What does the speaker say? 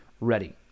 ready